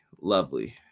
Lovely